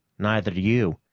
neither do you,